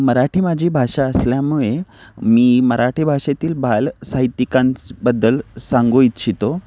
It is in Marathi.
मराठी माझी भाषा असल्यामुळे मी मराठी भाषेतील बाल साहित्यिकांबद्दल सांगू इच्छितो